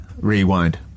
rewind